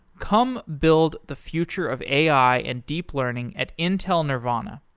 come build the future of ai and deep learning at intel nervana.